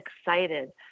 excited